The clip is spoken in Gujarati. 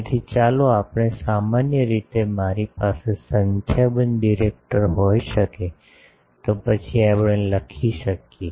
તેથી ચાલો આપણે સામાન્ય રીતે મારી પાસે સંખ્યાબંધ ડિરેક્ટર હોઈ શકે તો પછી આપણે લખી શકીએ